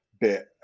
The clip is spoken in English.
bit